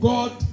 God